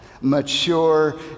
mature